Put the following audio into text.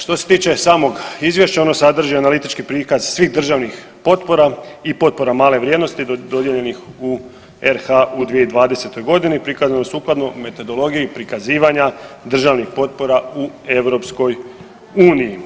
Što se tiče samog izvješća ono sadrži analitički prikaz svih državnih potpora i potpora male vrijednosti dodijeljenih u RH u 2020.g. prikazano sukladno metodologiji prikazivanja državnih potpora u EU.